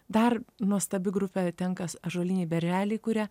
dar nuostabi grupė ten kas ąžuoliniai berželiai kuria